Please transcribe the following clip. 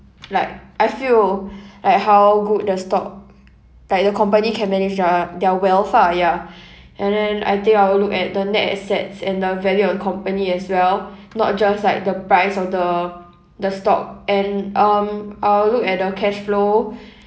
like I feel like how good the stock like the company can manage their their wealth ah ya and then I think I will look at the net assets and the value of the company as well not just like the price of the the stock and um I will look at the cash flow